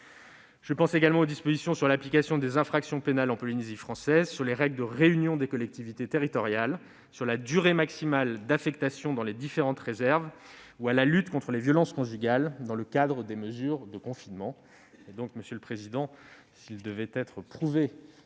propos des dispositions relatives aux infractions pénales en Polynésie française, aux règles de réunion des collectivités territoriales, à la durée maximale d'affectation dans les différentes réserves ou à la lutte contre les violences conjugales dans le cadre des mesures de confinement.